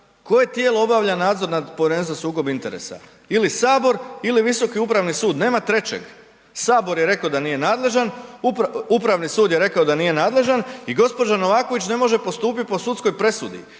Koje tijelo obavlja nadzor Povjerenstvom za sukob interesa? Ili Sabor ili Visoki upravni sud. Nema trećeg. Sabor je rekao da nije nadležan, Upravni sud je rekao da nije nadležan i gđa. Novaković ne može postupiti po sudskoj presudi